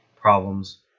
problems